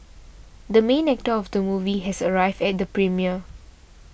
the main actor of the movie has arrived at the premiere